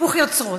היפוך יוצרות.